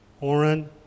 Oren